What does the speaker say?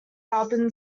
album